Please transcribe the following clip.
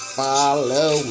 follow